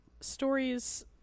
stories